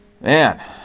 Man